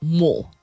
more